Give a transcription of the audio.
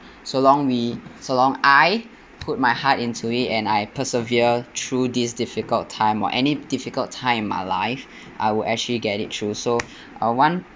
so long we so long I put my heart into it and I persevere through this difficult time or any difficult time my life I will actually get it through so uh one